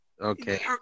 okay